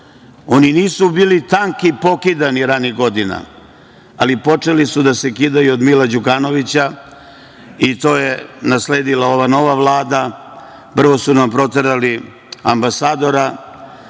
oni nisu bili tanki, pokidani ranijih godina ali počeli su da se kidaju od Mila Đukanovića i to je nasledila ova nova vlada. Prvo su nam proterali ambasadora,